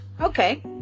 okay